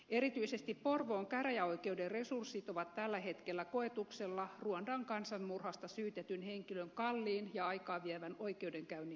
erityisesti porvoon käräjäoikeuden resurssit ovat tällä hetkellä koetuksella ruandan kansanmurhasta syytetyn henkilön kalliin ja aikaa vievän oikeudenkäynnin vuoksi